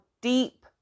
deep